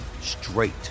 straight